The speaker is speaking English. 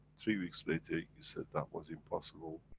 three weeks later, you said, that was impossible,